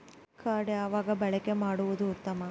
Card ಯಾವಾಗ ಬಳಕೆ ಮಾಡುವುದು ಉತ್ತಮ?